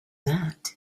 that